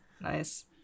Nice